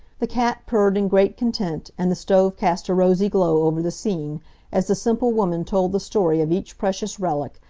the cat purred in great content, and the stove cast a rosy glow over the scene as the simple woman told the story of each precious relic,